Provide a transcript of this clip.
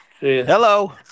Hello